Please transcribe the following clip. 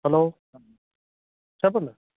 hello చెప్పండి